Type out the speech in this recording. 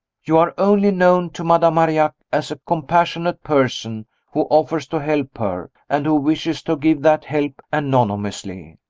you are only known to madame marillac as a compassionate person who offers to help her, and who wishes to give that help anonymously.